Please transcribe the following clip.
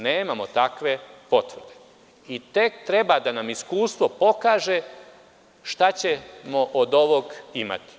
Nemamo takve potvrde i tek treba da nam iskustvo pokaže šta ćemo od ovog imati.